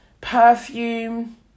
perfume